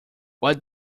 what